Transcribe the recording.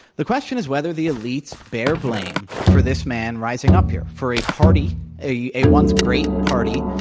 the question is whether the elites bear blame for this man rising up here, for a party a a once great party.